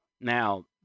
Now